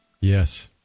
Yes